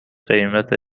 قیمت